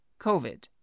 COVID